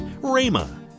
RAMA